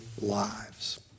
lives